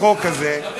לחוק הזה,